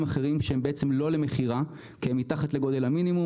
אחרים שהם לא למכירה כי הם מתחת לגודל המינימום,